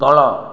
ତଳ